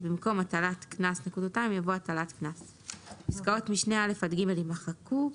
ובמקום פסקאות משנה (א) עד (ג) יימחקו,